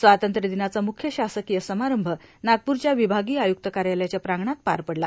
स्वातंत्र्यदिनाचा मुख्य शासकीय समारंभ नागपुरच्या विभागीय आयुक्त कार्यालयाच्या प्रांगणात पार पडला